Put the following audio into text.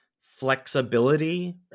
flexibility